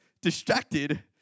distracted